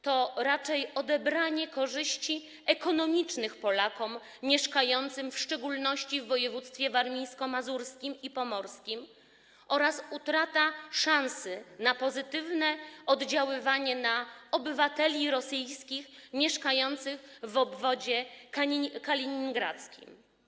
To raczej odebranie korzyści ekonomicznych Polakom mieszkającym w szczególności w województwach warmińsko-mazurskim i pomorskim oraz utrata szansy na pozytywne oddziaływanie na obywateli rosyjskich mieszkających w obwodzie kaliningradzkim.